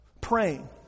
praying